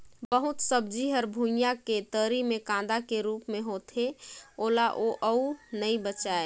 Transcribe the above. बहुत सब्जी हर भुइयां के तरी मे कांदा के रूप मे होथे ओला तो अउ नइ बचायें